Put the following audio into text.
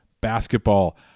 basketball